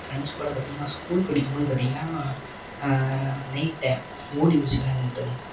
friends கூட பார்த்தீங்கன்னா school படிக்கும்போது பார்த்தீங்கன்னா நைட் டயோம் ஓடி புடிச்சு விளையாண்டுக்கிட்ருந்தோம்